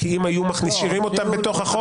כי אם היו משאירים אותם בתוך החוק,